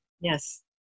Yes